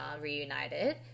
reunited